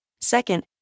Second